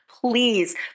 please